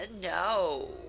No